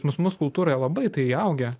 pas mus kultūroje labai tai įaugę